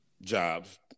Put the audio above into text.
jobs